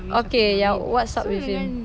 okay ya what's up with him